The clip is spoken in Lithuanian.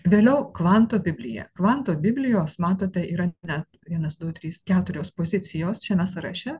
vėliau kvanto biblija kvanto biblijos matote yra ne vienas du trys keturios pozicijos šiame sąraše